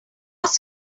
was